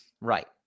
right